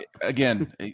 again